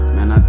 Man